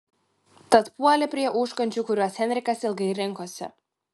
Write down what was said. tad puolė prie užkandžių kuriuos henrikas ilgai rinkosi